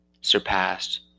surpassed